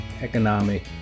economic